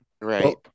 Right